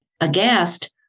Aghast